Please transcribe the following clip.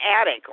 attic